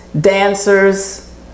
dancers